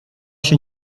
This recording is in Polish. się